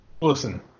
Listen